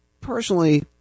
personally